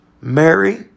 Mary